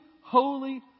holy